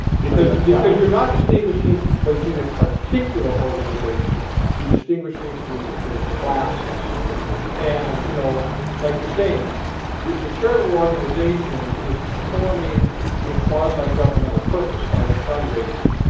because because you're not distinguishing between a particular organization you're distinguishing between between classes and you know like you're saying the the charitable organization is performing a quasi governmental purpose by the fundraising?